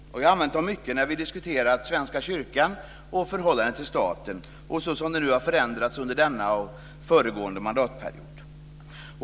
Jag har använt den mycket när vi diskuterat Svenska kyrkan och förhållandet till staten, såsom det har förändrats under denna och föregående mandatperiod.